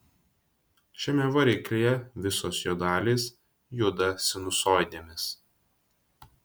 šiame variklyje visos jo dalys juda sinusoidėmis